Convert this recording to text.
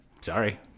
Sorry